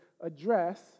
Address